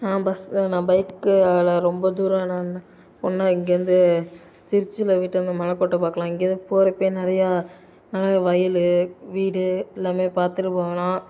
நான் பஸ் நான் பைக்ல ரொம்ப தூரம் நான் போணும்னா இங்கேருந்து திருச்சியில போய்ட்டு வந்தேன் மலைக்கோட்டை பார்க்கலாம் எங்கேயாவது போகிறப்பயே நிறையா நல்லா வயல் வீடு எல்லாமே பார்த்துட்டு போகலாம்